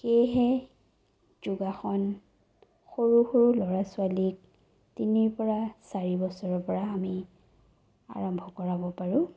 সেয়েহে যোগাসন সৰু সৰু ল'ৰা ছোৱালীক তিনিৰপৰা চাৰি বছৰৰ পৰা আমি আৰম্ভ কৰাব পাৰোঁ